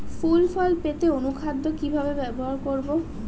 ফুল ফল পেতে অনুখাদ্য কিভাবে প্রয়োগ করব?